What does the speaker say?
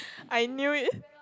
I knew it